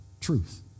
truth